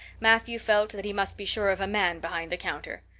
matthew felt that he must be sure of a man behind the counter.